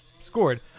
scored